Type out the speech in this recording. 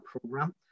program